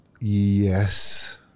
Yes